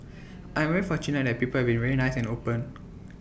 I'm very fortunate that people very nice and open